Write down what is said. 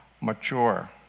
mature